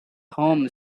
home